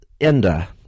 enda